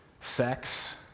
sex